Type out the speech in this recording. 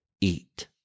eat